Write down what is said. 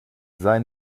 sei